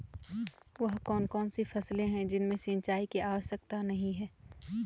वह कौन कौन सी फसलें हैं जिनमें सिंचाई की आवश्यकता नहीं है?